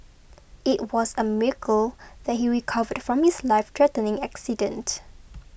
it was a miracle that he recovered from his lifethreatening accident